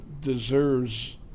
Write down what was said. deserves